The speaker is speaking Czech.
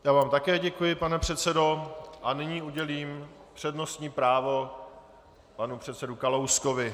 Já vám také děkuji, pane předsedo, a nyní udělím přednostní právo panu předsedovi Kalouskovi.